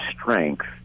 strength